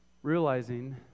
Realizing